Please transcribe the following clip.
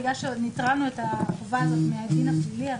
בגלל שעוד נטרלנו את החובה הזאת מהדין הפלילי.